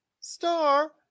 star